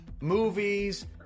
movies